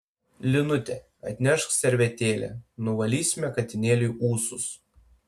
linute atnešk servetėlę nuvalysime katinėliui ūsus